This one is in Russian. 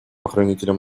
охранителем